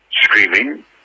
screaming